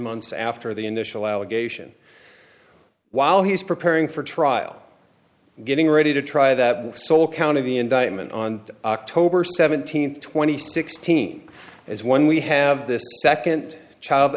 months after the initial allegation while he's preparing for trial getting ready to try that sole count of the indictment on october seventeenth twenty sixteen as when we have this second child